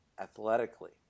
athletically